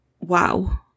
wow